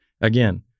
again